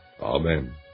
Amen